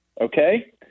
okay